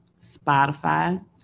spotify